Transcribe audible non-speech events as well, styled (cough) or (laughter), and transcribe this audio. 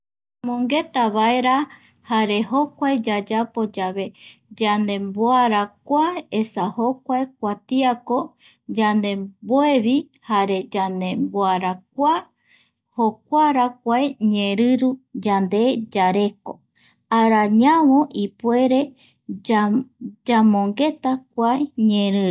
Yamongeta vaera jare jokua yayapo yave yandemboarakua esa jokua kuatia ko yande, mboevi jare yandemboarakua jokuara kua ñeeriru yande yareko arañavo ipuere kua (hesitation) yamongeta kae ñeeriru